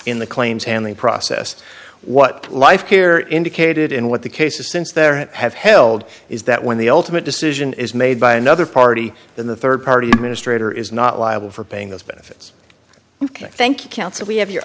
in the claims handling process what life here indicated in what the cases since there have held is that when the ultimate decision is made by another party then the rd party administrator is not liable for paying those benefits thank you council we have your